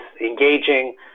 engaging